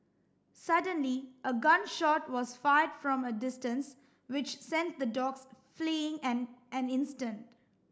suddenly a gun shot was fired from a distance which sent the dogs fleeing an an instant